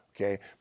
okay